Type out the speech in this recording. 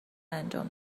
انجام